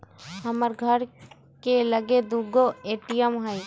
हमर घर के लगे दू गो ए.टी.एम हइ